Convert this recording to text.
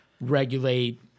regulate